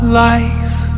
life